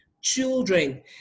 Children